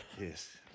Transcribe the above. Yes